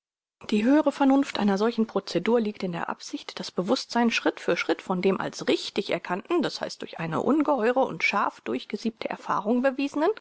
die höhere vernunft einer solchen procedur liegt in der absicht das bewußtsein schritt für schritt von dem als richtig erkannten das heißt durch eine ungeheure und scharf durchgesiebte erfahrung bewiesenen